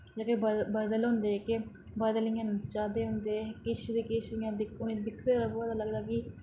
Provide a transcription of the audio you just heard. जेह्के बदल बदल होंदे जेह्के बदल इ'यां नच्चा दे होंदे किश ते किश इ'यां दिक्खो उ'नें दिखदे र'वो ते लगदा कि